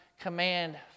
command